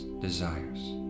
desires